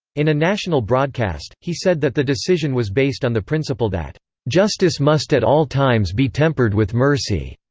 in a national broadcast, he said that the decision was based on the principle that justice must at all times be tempered with mercy.